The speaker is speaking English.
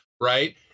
right